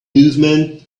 movement